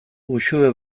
uxue